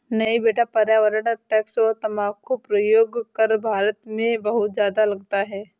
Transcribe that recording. नहीं बेटा पर्यावरण टैक्स और तंबाकू प्रयोग कर भारत में बहुत ज्यादा लगता है